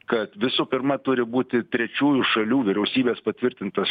kad visų pirma turi būti trečiųjų šalių vyriausybės patvirtintas